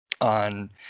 on